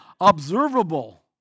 observable